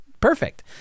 perfect